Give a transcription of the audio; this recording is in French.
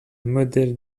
modèle